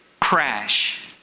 crash